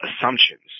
assumptions